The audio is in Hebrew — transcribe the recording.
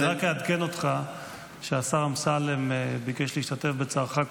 אני רק אעדכן אותך שהשר אמסלם ביקש קודם להשתתף בצערך.